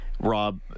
rob